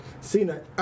Cena